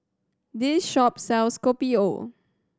this shop sells Kopi O